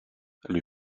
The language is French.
lui